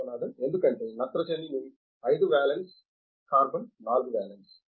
విశ్వనాథన్ ఎందుకంటే నత్రజని 5 valence carbon 4 valence